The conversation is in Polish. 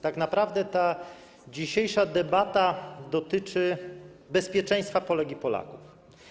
Tak naprawdę ta dzisiejsza debata dotyczy bezpieczeństwa Polek i Polaków.